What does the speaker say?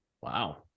Wow